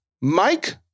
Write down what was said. Mike